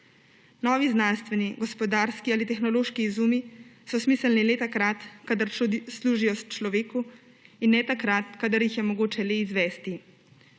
Novi znanstveni, gospodarski ali tehnološki izumi so smiselno le takrat, kadar služijo človeku, in ne takrat, kadar jih je mogoče le izvesti.